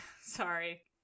Sorry